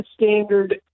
standard